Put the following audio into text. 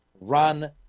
run